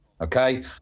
Okay